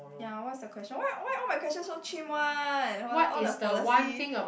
ya what's the question why why all my question so chim one !walao! all the policy